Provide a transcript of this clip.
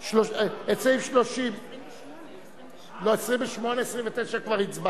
36. נצביע עכשיו כהצעת